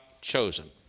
chosen